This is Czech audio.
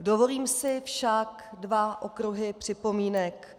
Dovolím si však dva okruhy připomínek.